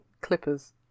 Clippers